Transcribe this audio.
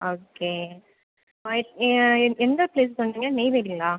okay எத் எ எந்த ப்ளேஸ் சொன்னீங்க நெய்வேலிங்களா